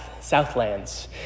southlands